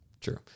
true